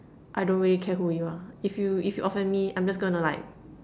I don't really care who you are if you if you offend me I'm just gonna like